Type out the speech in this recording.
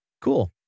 cool